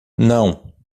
não